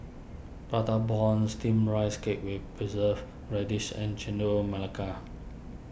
Prata Bomb Steamed Rice Cake with Preserved Radish and Chendol Melaka